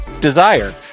Desire